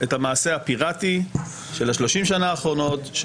את המעשה הפירטי של 30 השנה האחרונות,